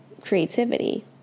creativity